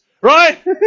Right